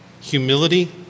Humility